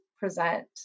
present